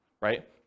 Right